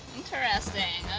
interesting.